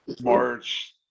March